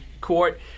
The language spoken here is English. court